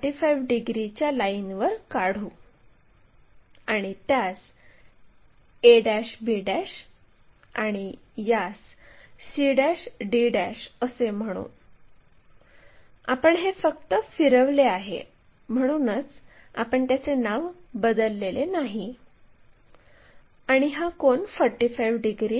त्यासाठी r2 line ही वर प्रोजेक्ट करावी लागेल आणि यास r2 असे म्हणू मग q आणि r2 जोडावे